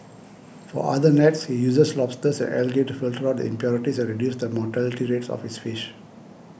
for other nets he uses lobsters and algae to filter out impurities and reduce the mortality rates of his fish